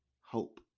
hope